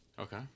Okay